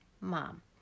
Mom